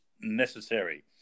necessary